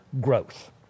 growth